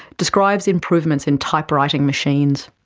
describes improvements in type writing machines,